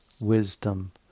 wisdom